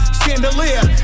chandelier